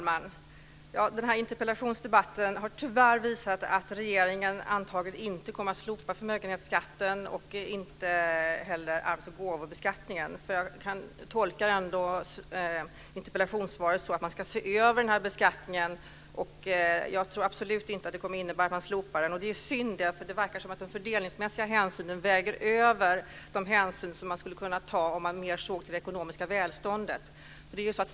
Fru talman! Den här interpellationsdebatten har tyvärr visat att regeringen antagligen inte kommer att slopa förmögenhetsskatten och inte heller gåvobeskattningen. Jag kan ändå tolka interpellationssvaret så att man ska se över beskattningen. Jag tror absolut inte att det kommer att innebära att man slopar något. Det är synd. Det verkar som att de fördelningsmässiga hänsynen väger över de hänsyn som man skulle kunna ta om man mer såg till det ekonomiska välståndet.